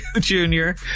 Junior